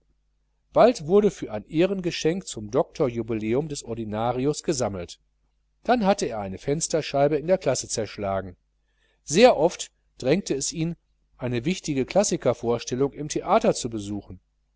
bald wurde für ein ehrengeschenk zum doktorjubiläum des ordinarius gesammelt dann hatte er eine fensterscheibe in der klasse zerschlagen sehr oft drängte es ihn eine klassikervorstellung im theater zu besuchen